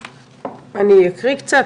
אני אקריא קצת,